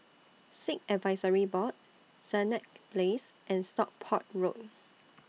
Sikh Advisory Board Senett Place and Stockport Road